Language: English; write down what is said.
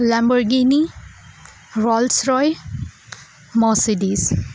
Lamborghini rolls roy Mercedes